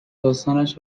داستانش